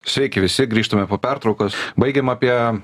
sveiki visi grįžtame po pertraukos baigėm apie